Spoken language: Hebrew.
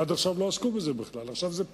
עד עכשיו לא עסקו בזה בכלל, עכשיו זה פער,